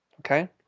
Okay